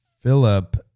Philip